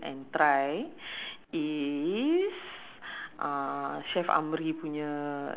normal lah normal there's um then they have the you you wait ah I want to drink